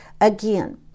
Again